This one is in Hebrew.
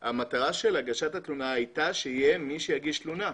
היא שיהיה מי שיגיש תלונה.